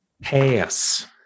Pass